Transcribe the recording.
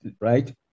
right